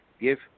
give